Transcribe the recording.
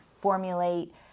formulate